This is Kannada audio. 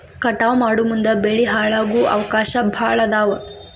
ಕಟಾವ ಮಾಡುಮುಂದ ಬೆಳಿ ಹಾಳಾಗು ಅವಕಾಶಾ ಭಾಳ ಅದಾವ